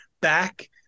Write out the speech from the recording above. back